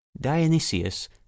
Dionysius